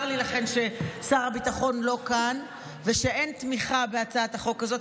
צר לי ששר הביטחון לא כאן ושאין תמיכה בהצעת החוק הזאת.